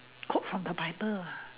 quote from the bible ah